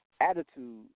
Attitude